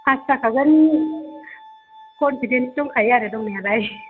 pass जाखागोन confidence दंखायो आरो दंनायालाय